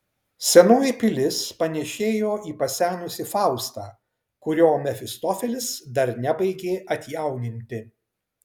senoji pilis panėšėjo į pasenusį faustą kurio mefistofelis dar nebaigė atjauninti